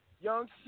Young